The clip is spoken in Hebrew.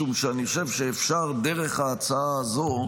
משום שאני חושב שדרך ההצעה הזו,